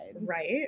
Right